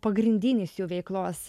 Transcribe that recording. pagrindinis jų veiklos